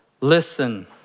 Listen